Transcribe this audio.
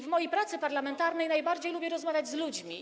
W mojej pracy parlamentarnej najbardziej lubię rozmawiać z ludźmi.